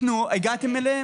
הגעתם אליהם?